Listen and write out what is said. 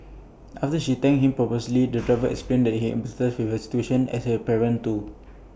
after she thanked him profusely the driver explained that he empathised with her situation as he is A parent too